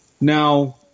Now